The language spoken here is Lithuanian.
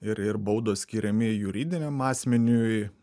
ir ir baudos skiriami juridiniam asmeniui